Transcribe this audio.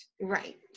Right